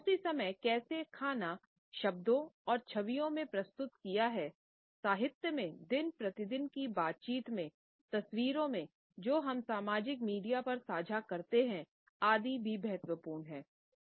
उस ही समय कैसे खाना शब्दों और छवियों में प्रस्तुत किया है साहित्य में दिन प्रतिदिन की बातचीत में तस्वीरों में जो हम सामाजिक मीडिया पर साझा करते हैं आदि भी महत्वपूर्ण है